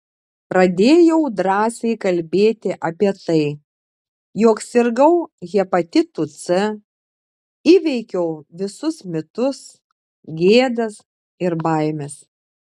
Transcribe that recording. pradėjau drąsiai kalbėti apie tai jog sirgau hepatitu c įveikiau visus mitus gėdas ir baimes